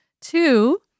Two